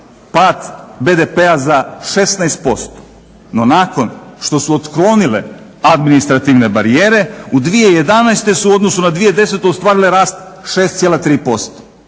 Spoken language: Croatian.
pad BDP-a za 16%, no nakon što su otklonile administrativne barijere u 2011. su u odnosu na 2010. ostvarile rast 6,3%.